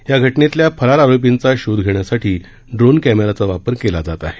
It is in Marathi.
या घटनेतील फरार आरोपींचा शोध घेण्यासाठी ड्रोन कॅमेऱ्याचा वापर केला जात आहे